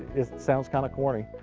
it sounds kind of corny.